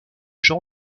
gens